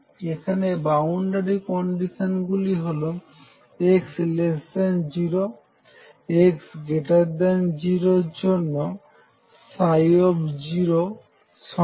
এখানে boundary condition গুলো হল x0 এবং x0 এর জন্য ψ সমান